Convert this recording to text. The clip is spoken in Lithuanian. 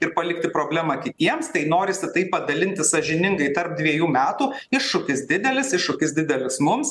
ir palikti problemą kitiems tai norisi tai padalinti sąžiningai tarp dvejų metų iššūkis didelis iššūkis didelis mums